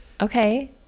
Okay